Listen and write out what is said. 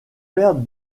père